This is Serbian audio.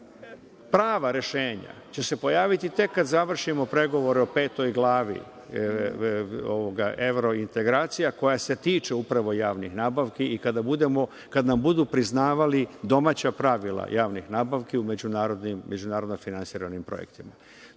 Prava rešenja će se pojaviti tek kada završimo pregovore o Petoj glavi evrointegracija, koja se tiče upravo javnih nabavki i kad nam budu priznavali domaća pravila javnih nabavki u međunarodno finansiranim projektima.